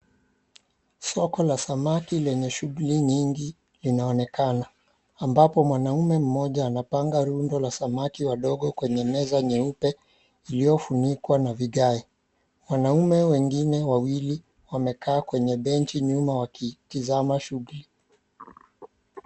Soko la samaki lenye shughuli nyingi linaonekana ambapo mwanaume mmoja anapanga rundo la samaki wadogo kwenye meza nyeupe ambayo iliyifunikwa na vigae. Wanaume wengine wawili wamekaa kwenye benchi nyuma wakitizama shughuli.